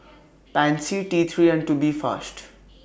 Pansy T three and Tubifast